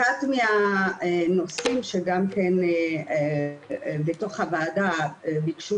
אחד מהנושאים שגם כן בתוך הוועדה ביקשנו